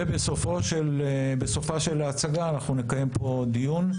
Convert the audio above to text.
בסופה של ההצגה אנחנו נקיים פה דיון,